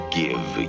give